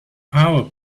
our